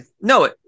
no